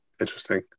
interesting